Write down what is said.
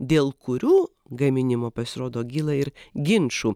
dėl kurių gaminimo pasirodo kyla ir ginčų